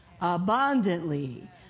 abundantly